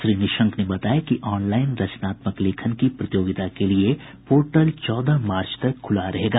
श्री निशंक ने बताया कि ऑनलाईन रचनात्मक लेखन की प्रतियोगिता के लिये पोर्टल चौदह मार्च तक खुला रहेगा